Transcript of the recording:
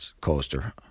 coaster